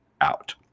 out